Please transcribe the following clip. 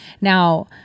Now